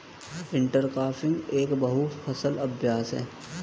intercropping एक बहु फसल अभ्यास है